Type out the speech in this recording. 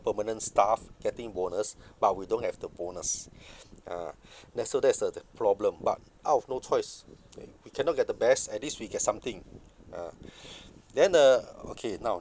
permanent staff getting bonus but we don't have the bonus ah that's so that's the the problem but out of no choice okay we cannot get the best at least we get something ah then the okay now